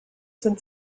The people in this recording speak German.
sind